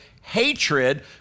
hatred